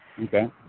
Okay